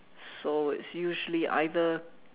so it's usually either